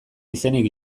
izenik